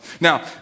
Now